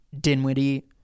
Dinwiddie